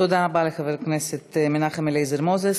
תודה רבה לחבר הכנסת מנחם אליעזר מוזס.